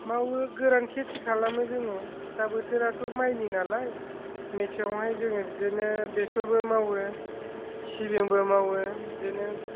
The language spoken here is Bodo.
मावो गोरान खेथि खालामो जोङो दा बोथोराथ' माइनि नालाय मेसेङावहाय जोङो बिदिनो बेसरबो मावो सिबिंबो मावो बिदिनो